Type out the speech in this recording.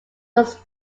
was